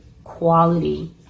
quality